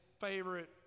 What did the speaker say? favorite